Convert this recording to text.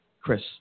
Chris